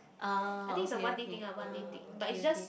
ah okay okay ah okay okay